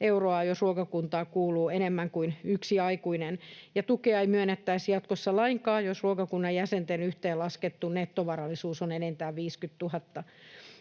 euroa, jos ruokakuntaan kuuluu enemmän kuin yksi aikuinen. Ja tukea ei myönnettäisi jatkossa lainkaan, jos ruokakunnan jäsenten yhteenlaskettu nettovarallisuus on vähintään 50 000.